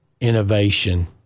innovation